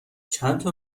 چندتا